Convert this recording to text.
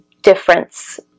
difference